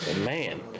Man